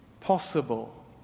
possible